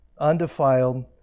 undefiled